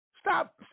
Stop